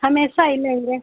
हमेशा ही लेंगे